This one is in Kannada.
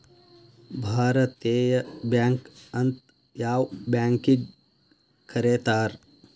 ಭಾರತೇಯ ಬ್ಯಾಂಕ್ ಅಂತ್ ಯಾವ್ ಬ್ಯಾಂಕಿಗ್ ಕರೇತಾರ್?